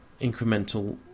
incremental